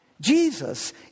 Jesus